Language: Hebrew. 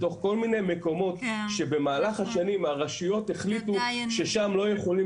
בתוך כל מיני מקומות שבמהלך השנים הרשויות החליטו ששם לא יכולים